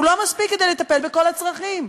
הוא לא מספיק כדי לטפל בכל הצרכים,